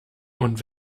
und